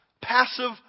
passive